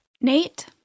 Nate